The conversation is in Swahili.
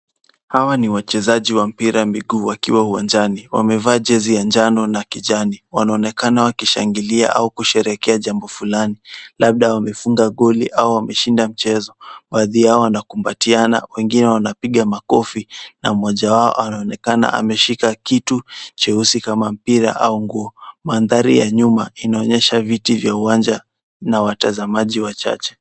Hawa ni wachezaji wa mpira wa miguu wakiwa uwanjani, wamevaa jezi ya njano na kijani, wanaonekana wakishangilia au kusherekea jambo fulani, labda wamefunga goli au wameshinda mchezo, baadhi yao wanakubatiana, wengine wanapiga makofi, na mmoja wao anaonekana ameshika kitu cheusi kama mpira au nguo. Mandhari ya nyuma inaonyesha viti vya uwanja na watazamaji wachache.